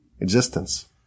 existence